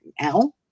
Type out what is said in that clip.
now